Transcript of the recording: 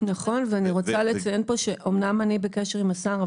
--- נכון ואני רוצה לציין פה שאומנם אני בקשר עם השר,